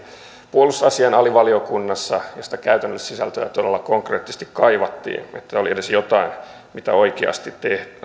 puolustusasiain alivaliokunnassa jossa käytännön sisältöä todella konkreettisesti kaivattiin että oli edes jotain mitä oikeasti